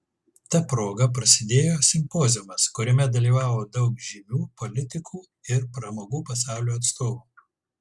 ta proga prasidėjo simpoziumas kuriame dalyvavo daug žymių politikų ir pramogų pasaulio atstovų